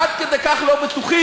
עד כדי כך לא בטוחים,